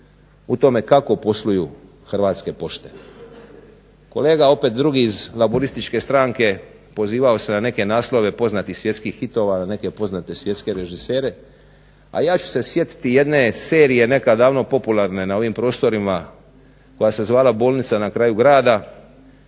u tome kako posluju Hrvatske pošte. Kolega opet drugi iz Laburističke stranke pozivao se na neke naslove poznatih svjetskih hitova, na neke poznate svjetske režisere, a ja ću se sjetiti jedne serije nekad davno popularne na ovim prostorima koja se zvala Bolnica na kraju grada.